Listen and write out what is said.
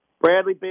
Bradley